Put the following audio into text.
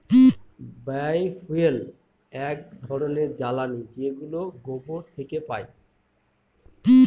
বায় fuel এক ধরনের জ্বালানী যেগুলো গোবর থেকে পাই